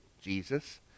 Jesus